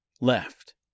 left